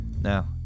Now